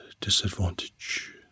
disadvantage